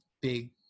big